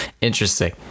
interesting